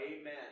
Amen